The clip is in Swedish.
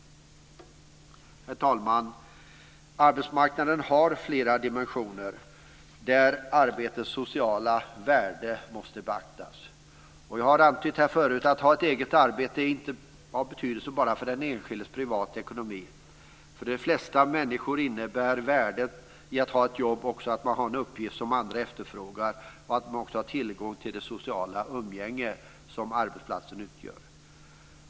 Herr talman! Arbetsmarknaden har flera dimensioner där arbetets sociala värde måste beaktas. Jag har tidigare antytt att ett eget arbete inte är av betydelse bara för den enskildes privata ekonomi. För de flesta människor innebär värdet i att ha ett jobb också att man har en uppgift som andra efterfrågar och att man också har tillgång till det sociala umgänge som finns på arbetsplatsen.